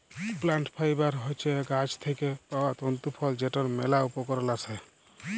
plant fibre হছে গাহাচ থ্যাইকে পাউয়া তল্তু ফল যেটর ম্যালা উপকরল আসে